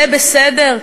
זה בסדר?